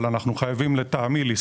אבל לדעתי אנחנו חייבים להסתכל